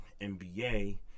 NBA